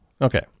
Okay